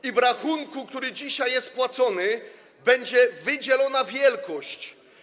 I w rachunku, który dzisiaj jest płacony, będzie wydzielona wielkość.